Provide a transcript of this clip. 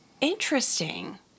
Interesting